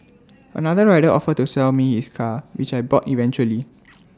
another rider offered to sell me his car which I bought eventually